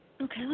okay